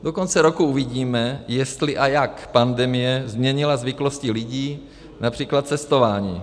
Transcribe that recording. Do konce roku uvidíme, jestli a jak pandemie změnila zvyklosti lidí, například cestování.